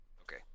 Okay